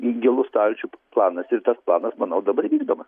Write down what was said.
į gilų stalčių planas ir tas planas manau dabar vykdomas